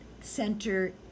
center